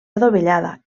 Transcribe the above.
adovellada